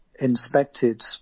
inspected